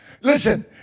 Listen